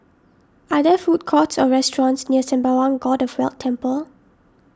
are there food courts or restaurants near Sembawang God of Wealth Temple